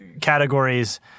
categories